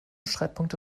streitpunkte